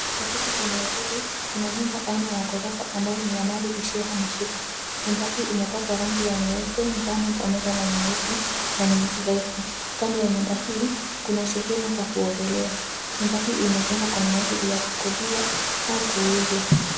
Katika eneo hili kuna nyumba aina ya ghorofa ambayo ni ya mali isiyohamishika. Nyumba hii imepakwa rangi ya nyeupe, njano pamoja na nyeusi na ni refu. Kando ya nyumba hii kuna sehemu pa kuogelea. Nyumba hii imejengwa kwa minajili ya kokodiwa au kuuzwa.